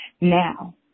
Now